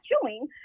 chewing